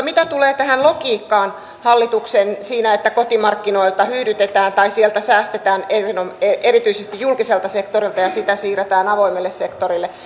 no eläkkeensaajien asumistuen yhdistäminen peruttiin saimme loivennettua lääkekorvausten leikkauksia siihen puoleen eli kyllä me olemme yrittäneet tehdä niitä toimenpiteitä askel askeleelta